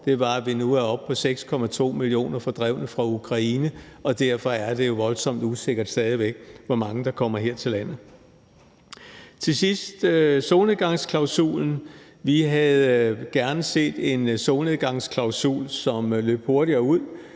fra Ukraine nu er oppe på 6,2 millioner mennesker, og derfor er det jo stadig væk voldsomt usikkert, hvor mange der kommer her til landet. Til sidst vil jeg sige noget om solnedgangsklausulen. Vi havde gerne set en solnedgangsklausul, som løb hurtigere ud,